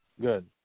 Good